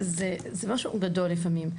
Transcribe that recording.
זה משהו גדול לפעמים,